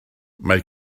mae